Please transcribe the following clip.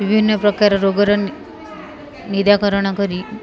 ବିଭିନ୍ନ ପ୍ରକାର ରୋଗର ନିରାକରଣ କରି